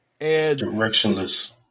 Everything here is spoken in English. Directionless